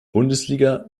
bundesliga